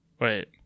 Wait